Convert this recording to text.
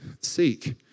seek